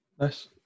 Nice